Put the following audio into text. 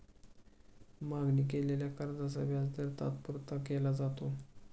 मागणी केलेल्या कर्जाचा व्याजदर तात्पुरता केला जातो